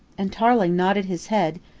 and tarling nodded his head,